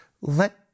let